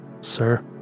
Sir